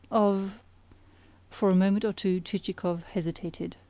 of for a moment or two chichikov hesitated.